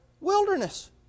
wilderness